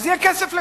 אז יהיה כסף לכולם.